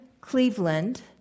Cleveland